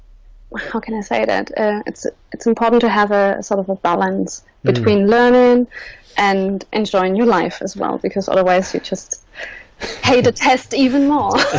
how can i say that it's ah it's important to have a sort of a balance between learning and enjoying your life as well because otherwise you'll just hate the test even more